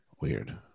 Weird